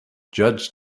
judge